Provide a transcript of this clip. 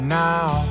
now